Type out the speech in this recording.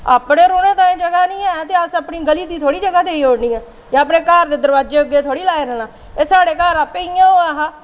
अपने रौंह्ने लेई जगह् नेईं ऐ ते ते अस अपनी गली दी थोह्ड़ी जगह् देई ओड़नी ऐ जां अपने घर दे दरवाजे अग्गै थोह्ड़ी लाई लैना एह् साढ़े घर आपै इ'यां होआ हा